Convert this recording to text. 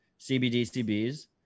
CBDCBs